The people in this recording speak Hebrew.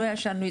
ישנו,